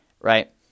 right